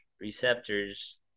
receptors